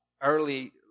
early